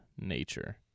nature